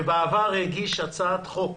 שבעבר הגיש הצעת חוק